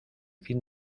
fin